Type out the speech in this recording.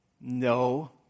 No